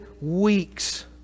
weeks